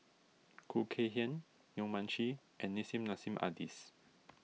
Khoo Kay Hian Yong Mun Chee and Nissim Nassim Adis